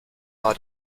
war